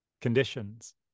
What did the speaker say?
conditions